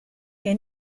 que